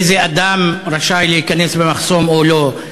איזה אדם רשאי להיכנס במחסום או לא,